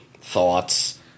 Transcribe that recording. thoughts